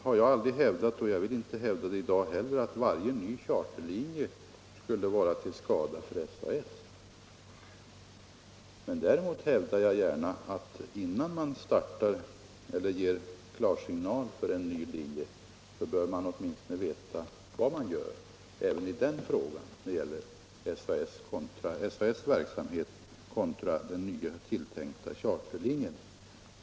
Jag har aldrig hävdat — och jag vill inte hävda det i dag heller — att varje ny charterlinje skulle vara till skada för SAS. Däremot hävdar jag gärna att man, innan man startar eller ger klarsignal för en ny linje, åtminstone bör veta vad man gör — även i den fråga som gäller SAS verksamhet kontra den tilltänkta charterlinjens.